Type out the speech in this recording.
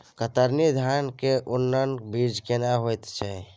कतरनी धान के उन्नत बीज केना होयत छै?